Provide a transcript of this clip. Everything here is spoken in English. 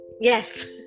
yes